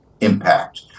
impact